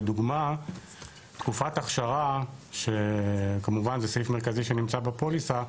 לדוגמה תקופת אכשרה שכמובן זה סעיף מרכזי שנמצא בפוליסה,